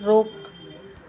रोक़ु